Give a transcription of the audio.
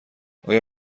آیا